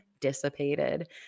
dissipated